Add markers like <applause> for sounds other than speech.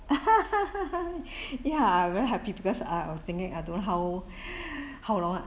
<laughs> ya I very happy because I ah thinking I don't how <breath> how long